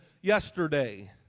yesterday